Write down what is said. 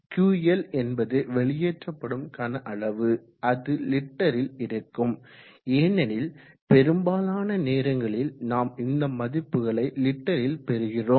QL என்பது வெளியேற்றப்படும் கன அளவு அது லிட்டரில் இருக்கும் ஏனெனில் பெரும்பாலான நேரங்களில் நாம் இந்த மதிப்புகளை லிட்டரில் பெறுகிறோம்